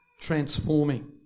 transforming